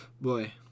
Boy